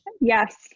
Yes